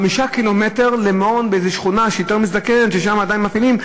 5 קילומטרים למעון באיזו שכונה מזדקנת ששם עדיין מפעילים.